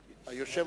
מכן,